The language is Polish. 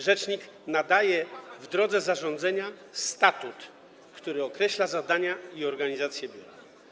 Rzecznik nadaje, w drodze zarządzenia, statut, który określa zadania i organizację biura.